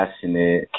passionate